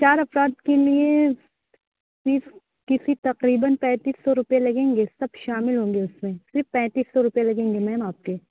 چار افراد کے لیے صرف کسی تقریباً پینتیس سو روپے لگیں گے سب شامل ہوں گے اس میں صرف پینتیس سو روپے لگیں گے میم آپ کے